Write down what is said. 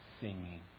Singing